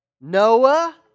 Noah